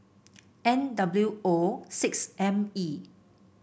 N W O six M E